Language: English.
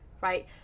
right